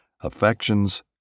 affections